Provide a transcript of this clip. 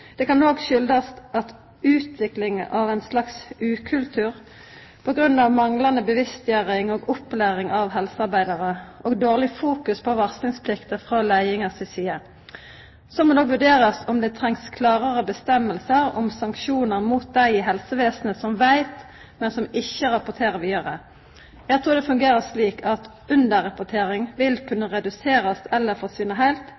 Det kan òg ha si årsak i utvikling av ein slags ukultur på grunn av manglande bevisstgjering og opplæring av helsearbeidarer og dårleg fokusering på varslingsplikta frå leiinga si side. Så må ein òg vurdera om ein treng klarare vedtak om sanksjonar mot dei i helsevesenet som veit, men som ikkje rapporterer vidare. Eg trur det fungerer slik at underrapportering vil kunna reduserast eller forsvinna heilt